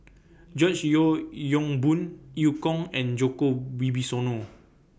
George Yeo Yong Boon EU Kong and Djoko Wibisono